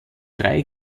drei